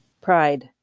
Pride